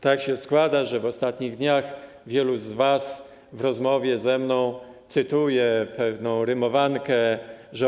Tak się składa, że w ostatnich dniach wielu z was w rozmowie ze mną cytuje pewną rymowankę: